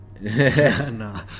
No